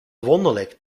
wonderlijk